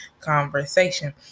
conversation